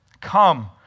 Come